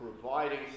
providing